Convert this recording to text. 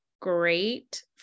great